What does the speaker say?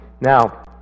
Now